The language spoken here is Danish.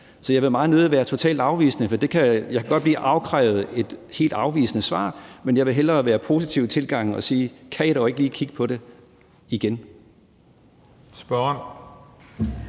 Jeg vil meget nødig være totalt afvisende. Jeg kan godt komme med et helt afvisende svar, men jeg vil hellere have en positiv tilgang og spørge: Kan I dog ikke lige kigge på det igen?